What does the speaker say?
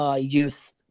youth